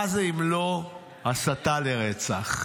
מה זה אם לא הסתה לרצח?